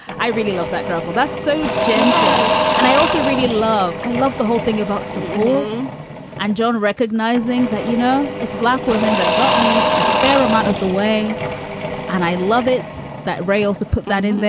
i really love that job. well, that's so so and i also really love i love the whole thing about support. and joan recognizing that, you know, it's black women that got me a fair amount of the way and i love it that ray also put that in there.